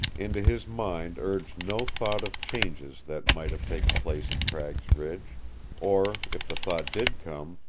into his mind urged no thought of changes that might have taken place at cragg's ridge or, if the thought did come,